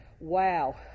Wow